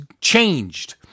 changed